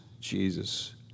Jesus